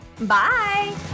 Bye